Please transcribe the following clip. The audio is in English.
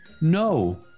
no